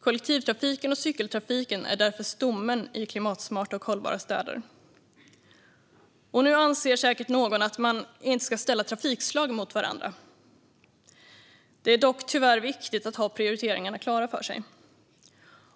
Kollektivtrafiken och cykeltrafiken är därför stommen i klimatsmarta och hållbara städer. Nu anser säkert någon att man inte ska ställa trafikslag mot varandra. Det är dock tyvärr viktigt att ha prioriteringarna klara för oss